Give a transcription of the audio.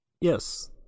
Yes